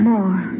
More